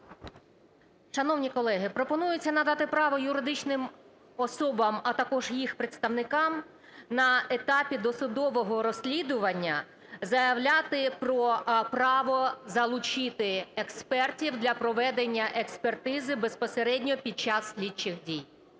Шановні колеги, пропонується надати право юридичним особам, а також їх представникам на етапі досудового розслідування заявляти про право залучити експертів для проведення експертизи безпосередньо під час слідчих дій.